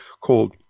called